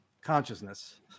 consciousness